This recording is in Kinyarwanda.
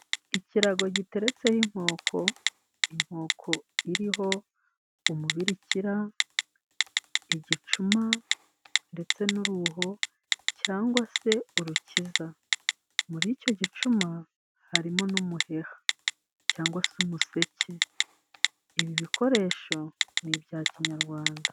Ikirago giteretseho inkoko, inkoko iriho umubikira, igicuma, ndetse n'uruho cyangwa se urukiza. Muri icyo gicuma harimo n'umuheha cyangwa se umuseke, ibi bikoresho ni ibya kinyarwanda.